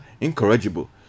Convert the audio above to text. incorrigible